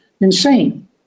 insane